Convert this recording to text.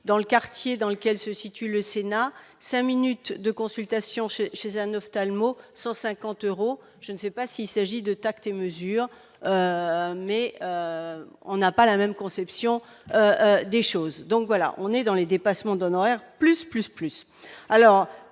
dans le quartier dans lequel se situe le Sénat 5 minutes de consultation chez chez un ophtalmo 150 euros, je ne sais pas s'il s'agit de tact et mesure, mais on n'a pas la même conception des choses, donc voilà, on est dans les dépassements d'honoraires. Plus plus plus, alors,